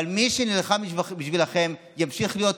אבל מי שנלחם בשבילכם ימשיך להיות,